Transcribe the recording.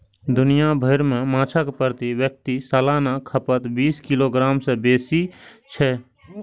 दुनिया भरि मे माछक प्रति व्यक्ति सालाना खपत बीस किलोग्राम सं बेसी छै